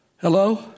Hello